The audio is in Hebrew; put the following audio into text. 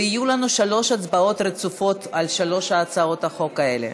ויהיו לנו שלוש הצבעות רצופות על שלוש הצעות החוק האלה.